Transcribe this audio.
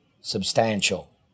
substantial